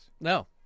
No